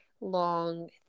long